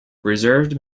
reserved